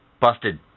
busted